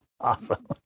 Awesome